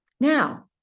now